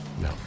No